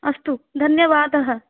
अस्तु धन्यवादः